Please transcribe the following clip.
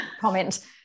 comment